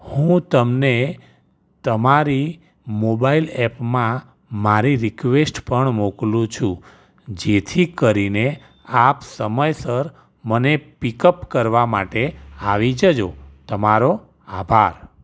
હું તમને તમારી મોબાઈલ ઍપમાં મારી રિકવેસ્ટ પણ મોકલું છું જેથી કરીને ઍપ સમયસર મને પિકઅપ કરવા માટે આવી જજો તમારો આભાર